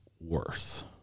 worth